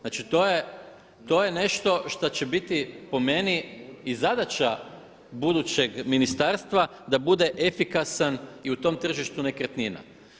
Znači, to je nešto što će biti po meni i zadaća budućeg ministarstva da bude efikasno i u tom tržištu nekretnina.